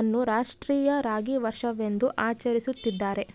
ಅನ್ನು ರಾಷ್ಟ್ರೀಯ ರಾಗಿ ವರ್ಷವೆಂದು ಆಚರಿಸುತ್ತಿದ್ದಾರೆ